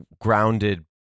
grounded